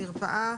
מרפאה,